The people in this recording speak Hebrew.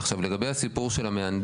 עכשיו, לגבי הסיפור של המהנדס.